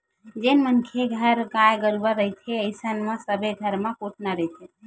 जेन मनखे मन घर गाय गरुवा रहिथे अइसन म सबे घर म कोटना रहिथे